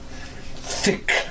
thick